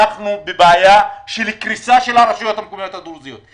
אנחנו בבעיה של קריסת הרשויות המקומיות הדרוזיות.